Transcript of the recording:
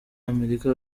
amerika